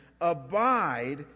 abide